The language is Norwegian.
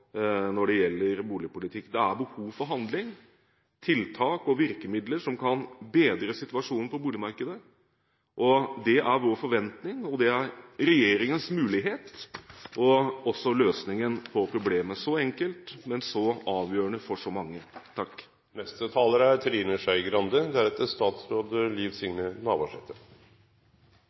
når det gjelder boligpolitikk. Det er behov for handling, tiltak og virkemidler som kan bedre situasjonen på boligmarkedet. Det er vår forventning, det er regjeringens mulighet og også løsningen på problemet. Så enkelt, men så avgjørende for så mange.